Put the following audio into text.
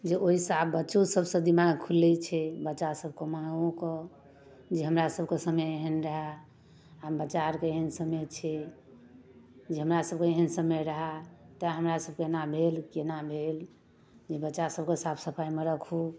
जे ओहिसँ आब बच्चो सभसँ दिमाग खुलै छै बच्चा सभके माँओके जे हमरासभके समय एहन रहए बच्चा आओरकेँ एहन समय छै जे हमरासभके एहन समय रहए तैँ हमरासभके एना भेल एना भेल जे बच्चासभके साफ सफाइमे राखू